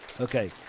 Okay